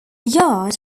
yard